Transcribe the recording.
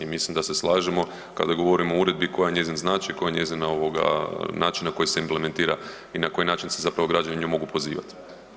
I mislim da se slažemo kada govorimo o uredbi koja je njezin značaj, koja je njezina ovoga način na koji se implementira i na koji način se zapravo građani na nju mogu pozivati.